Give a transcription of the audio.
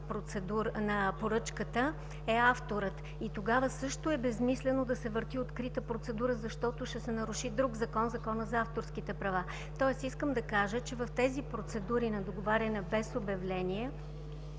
на поръчката е авторът. Тогава също е безсмислено да се върти открита процедура, защото ще се наруши друг закон – Законът за авторските права. Тоест искам да кажа, че в тези процедури на договаряне без обявление